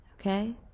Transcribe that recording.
Okay